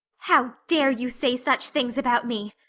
how dare you say such things about me?